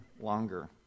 longer